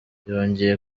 yongeye